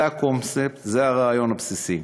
זה הקונספט, זה הרעיון הבסיסי.